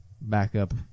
backup